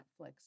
Netflix